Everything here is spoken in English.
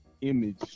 image